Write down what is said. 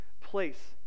place